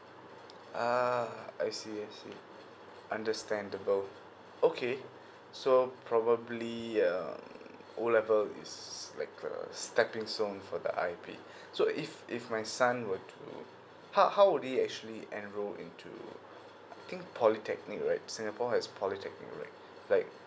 ah I see I see understandable okay so probably um O level is like a stepping stone for the I_P so if if my son were to how how would he actually enroll into I think polytechnic right singapore has polytechnic right like